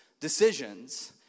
decisions